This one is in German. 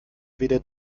weder